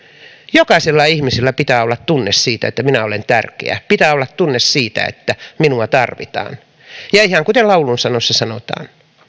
jokaisella ihmisellä pitää olla tunne siitä että minä olen tärkeä pitää olla tunne siitä että minua tarvitaan ja ihan kuten laulun sanoissa sanotaan